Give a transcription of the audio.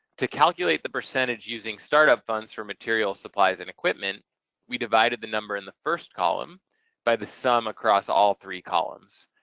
to calculate the percentage using startup funds for materials, supplies, and equipment we divided the number in the first column by the sum across all three columns.